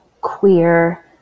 queer